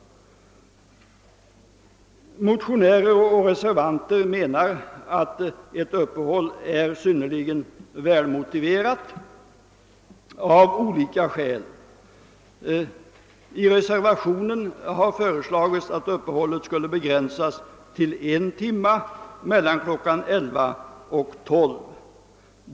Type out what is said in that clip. Motionärer och reservanter menar att ett uppehåll av olika skäl är synnerligen välmotiverat. I reservationen har föreslagits att uppehållet skulle begränsas till en timme, nämligen mellan kl. 11 och kl. 12.